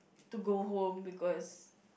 to go home because